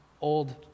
old